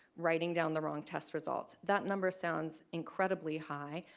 writing down the wrong test results. that number sounds incredibly high,